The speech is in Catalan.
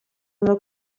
una